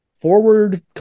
forward